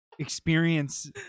experience